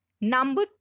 Number